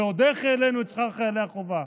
ועוד איך העלינו את שכר חיילי החובה.